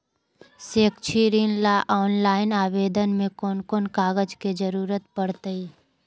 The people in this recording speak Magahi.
शैक्षिक ऋण ला ऑनलाइन आवेदन में कौन कौन कागज के ज़रूरत पड़तई?